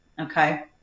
Okay